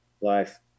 life